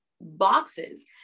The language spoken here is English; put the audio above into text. boxes